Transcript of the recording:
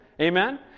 Amen